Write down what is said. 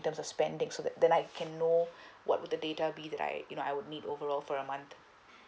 in term of spending so that then I can know what would the data be like you know I would need overall for a month